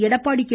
Edappadi K